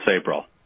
April